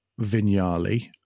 Vignali